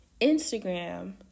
Instagram